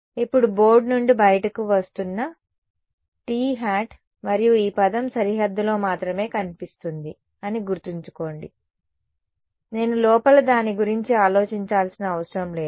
ఇప్పుడు బోర్డు నుండి బయటకు వస్తున్నా ˆt మరియు ఈ పదం సరిహద్దులో మాత్రమే కనిపిస్తుంది అని గుర్తుంచుకోండి నేను లోపల దాని గురించి ఆలోచించాల్సిన అవసరం లేదు